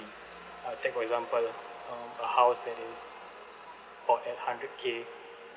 uh take by example lah um a house that is bought at hundred K